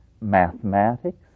mathematics